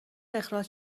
اخراج